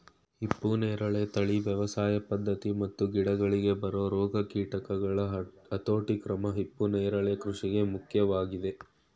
ಹಿಪ್ಪುನೇರಳೆ ತಳಿ ವ್ಯವಸಾಯ ಪದ್ಧತಿ ಮತ್ತು ಗಿಡಗಳಿಗೆ ಬರೊ ರೋಗ ಕೀಟಗಳ ಹತೋಟಿಕ್ರಮ ಹಿಪ್ಪುನರಳೆ ಕೃಷಿಗೆ ಮುಖ್ಯವಾಗಯ್ತೆ